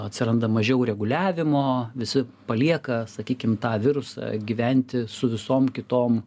atsiranda mažiau reguliavimo visi palieka sakykim tą virusą gyventi su visom kitom